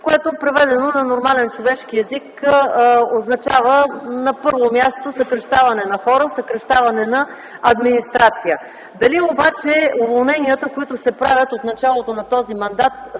което преведено на нормален човешки език означава съкращаване на първо място на хора, съкращаване на администрация. Дали обаче уволненията, които се правят от началото на този мандат,